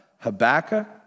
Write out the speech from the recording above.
Habakkuk